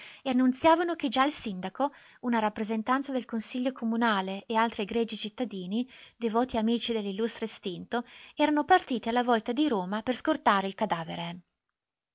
e annunziavano che già il sindaco una rappresentanza del consiglio comunale e altri egregi cittadini devoti amici dell'illustre estinto erano partiti alla volta di roma per scortare il cadavere